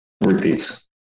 repeats